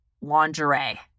lingerie